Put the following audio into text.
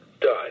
done